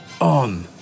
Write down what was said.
on